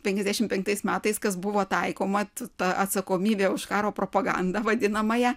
penkiasdešimt penktais metais kas buvo taikoma ta atsakomybė už karo propagandą vadinamąją